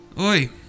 Oi